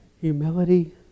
humility